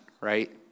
right